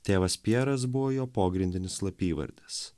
tėvas pjeras buvo jo pogrindinis slapyvardis